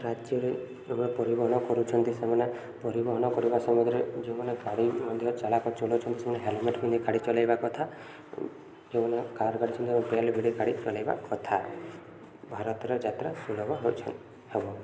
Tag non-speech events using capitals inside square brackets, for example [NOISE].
ରାଜ୍ୟରେ [UNINTELLIGIBLE] ପରିବହନ କରୁଛନ୍ତି ସେମାନେ ପରିବହନ କରିବା ସମୟରେ ଯେଉଁମାନେ ଗାଡ଼ି ମଧ୍ୟ ଚାଳକ ଚଲଉଛନ୍ତି ସେମାନେ ହେଲମେଟ ପିନ୍ଧି ଗାଡ଼ି ଚଲାଇବା କଥା ଯେଉଁମାନେ କାର ଗାଡ଼ି [UNINTELLIGIBLE] ବେଲ୍ଟ ଭିଡ଼ି ଗାଡ଼ି ଚଲାଇବା କଥା ଭାରତର ଯାତ୍ରା ସୁଲଭ ହେଉଛନ୍ ହେବ